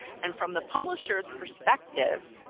and from the publisher's perspective,